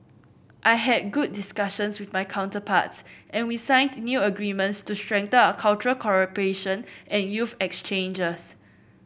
I had good discussions with my counterparts and we signed new agreements to strengthen our cultural cooperation and youth exchanges